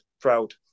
proud